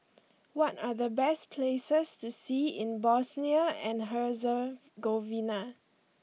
what are the best places to see in Bosnia and Herzegovina